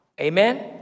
Amen